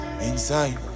inside